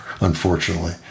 unfortunately